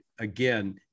again